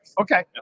Okay